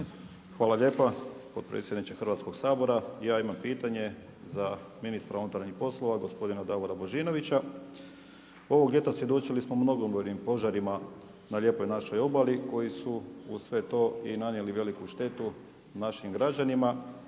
Hvala lijepa potpredsjedniče Hrvatskog sabora. Ja imam pitanje za ministra unutarnjih poslova gospodina Davora Božinovića. Ovog ljeta svjedočili smo mnogobrojnim požarima na lijepoj našoj obali koji su uz sve to i nanijeli veliku štetu našim građanima